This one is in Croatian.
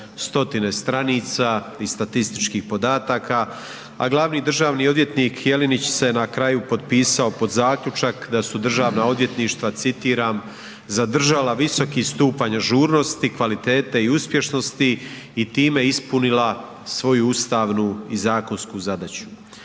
stotine stranica i statističkih podataka, a glavni državni odvjetnik Jelenić se na kraju potpisao pod zaključak da su državna odvjetništva, citiram „zadržala visoki stupanj ažurnosti, kvalitete i uspješnosti i time ispunila svoju ustavnu i zakonsku zadaću“.